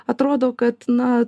atrodo kad na